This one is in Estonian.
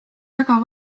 väga